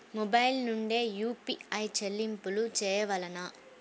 Mobile నుండే UPI చెల్లింపులు చేయవలెనా?